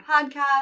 podcast